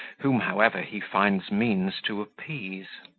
whom, however, he finds means to appease.